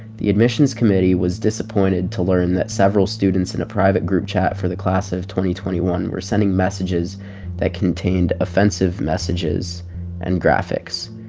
the admissions committee was disappointed to learn that several students in a private group chat for the class twenty twenty one were sending messages that contained offensive messages and graphics.